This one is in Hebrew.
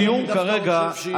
הדיון כרגע,